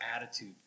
attitude